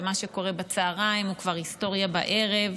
ומה שקורה בצוהריים הוא כבר היסטוריה בערב.